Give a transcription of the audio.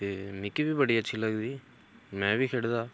ते मिकी बी बड़ी अच्छी लगदी में बी खेढदा